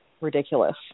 ridiculous